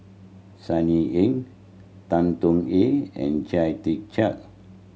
Sunny Ang Tan Tong Hye and Chia Tee Chiak